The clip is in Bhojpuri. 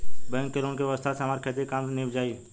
बैंक के लोन के व्यवस्था से हमार खेती के काम नीभ जाई